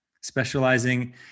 specializing